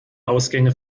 ausgänge